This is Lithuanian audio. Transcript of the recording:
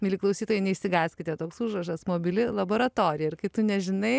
mieli klausytojai neišsigąskite toks užrašas mobili laboratorija ir kai tu nežinai